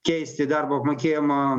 keisti darbo apmokėjimo